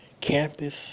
Campus